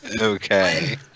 Okay